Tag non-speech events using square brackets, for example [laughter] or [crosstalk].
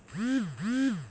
[noise]